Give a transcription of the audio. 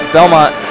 Belmont